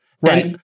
right